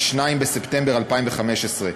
2 בספטמבר 2015,